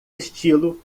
estilo